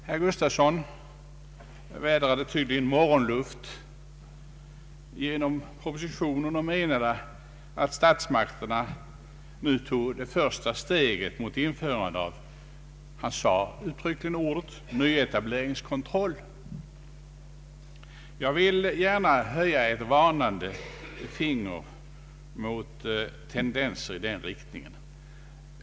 Herr Gustafsson vädrade tydligen morgonluft genom propositionen och hade den uppfattningen att statsmakterna nu tog det första steget mot införandet av nyetableringskontroll — han använde just detta ord. Jag vill gärna höja ett varnande finger mot tendenser i den riktningen.